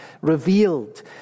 revealed